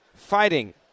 fighting